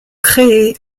créés